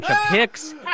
hicks